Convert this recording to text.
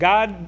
God